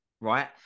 Right